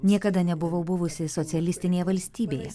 niekada nebuvau buvusi socialistinėje valstybėje